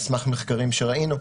על סמך מחקרים שראינו,